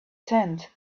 tent